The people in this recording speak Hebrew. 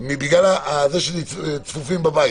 בגלל שצפופים בבית.